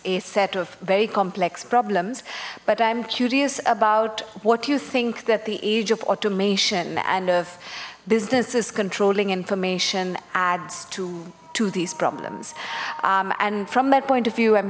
of very complex problems but i'm curious about what you think that the age of automation and of businesses controlling information adds to to these problems and from that point of view i'm